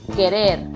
Querer